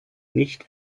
nicht